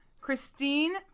Christine